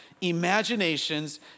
imaginations